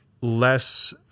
less –